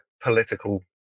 political